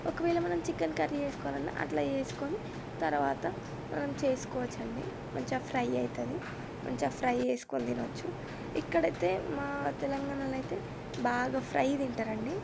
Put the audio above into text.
ఒకవేళ మనం chicken curry చేసుకోవాలన్న అట్లా చేసుకొని తర్వాత మనం చేసుకోవచ్చండి మంచిగా ఫ్రై అవుతుంది మంచిగా ఫ్రై చేసుకొని తినవచ్చు ఇక్కడైతే మా తెలంగాణలో అయితే బాగా ఫ్రై తింటారండి